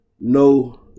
no